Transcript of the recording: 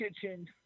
Kitchen